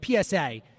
psa